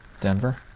Denver